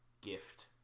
gift